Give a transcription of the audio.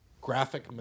Graphic